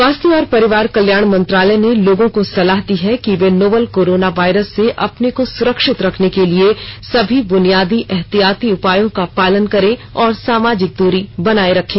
स्वास्थ्य और परिवार कल्याण मंत्रालय ने लोगों को सलाह दी है कि वे नोवल कोरोना वायरस से अपने को सुरक्षित रखने के लिए सभी बुनियादी एहतियाती उपायों का पालन करें और सामाजिक दूरी बनाए रखें